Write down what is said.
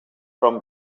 from